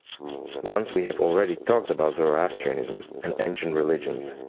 once we have already talked about zoroastrianism and ancient religions.